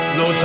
no